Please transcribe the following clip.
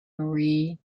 marie